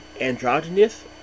androgynous